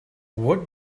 what